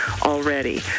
already